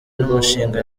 n’umushinga